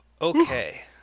Okay